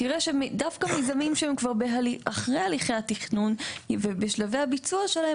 תראה שדווקא במיזמים שהם כבר אחרי הליכי התכנון ובשלבי הביצעו שלהם,